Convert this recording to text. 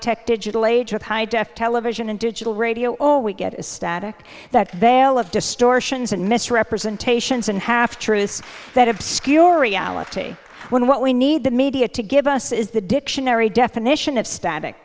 tech digital age of high def television and digital radio all we get is static that veil of distortions and misrepresentations and half truths that obscure reality when what we need the media to give us is the dictionary definition of static